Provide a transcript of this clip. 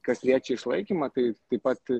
kas liečia išlaikymą tai taip pat